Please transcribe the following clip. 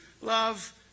Love